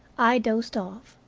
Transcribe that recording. i dozed off,